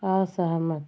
असहमत